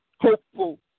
hopeful